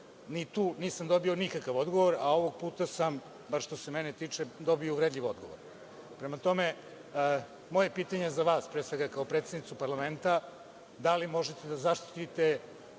ni tu nisam dobio nikakav odgovor, a ovog puta sam, bar što se mene tiče, dobio uvredljiv odgovor. Prema tome, moje pitanje za vas, pre svega, kao predsednicu parlamenta, da li možete da zaštitite